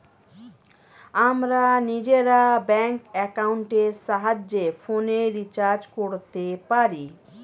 আমরা নিজেরা ব্যাঙ্ক অ্যাকাউন্টের সাহায্যে ফোনের রিচার্জ করতে পারি